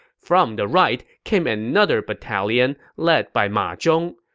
from the right came another battalion led by ma zhong.